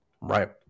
right